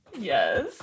Yes